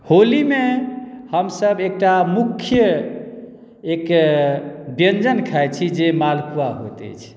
होलीमे हमसभ एकटा मुख्य एक व्यञ्जन खाई छी जे मालपुआ होइत अछि